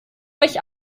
euch